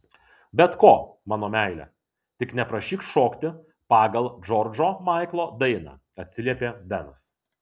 bet ko mano meile tik neprašyk šokti pagal džordžo maiklo dainą atsiliepė benas